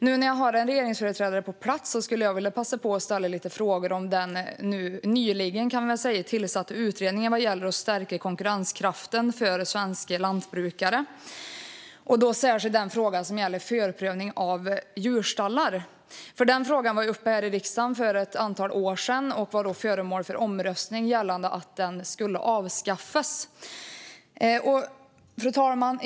Nu när jag har en regeringsföreträdare på plats skulle jag vilja passa på att ställa några frågor om den nyligen tillsatta utredningen om att stärka konkurrenskraften för svenska lantbrukare och då särskilt frågan som gäller förprövning av djurstallar. Den frågan var uppe här i riksdagen för ett antal år sedan och var då föremål för omröstning gällande att den skulle avskaffas. Fru talman!